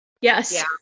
Yes